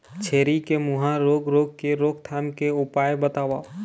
छेरी के मुहा रोग रोग के रोकथाम के उपाय बताव?